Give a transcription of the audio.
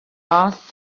ask